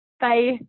Bye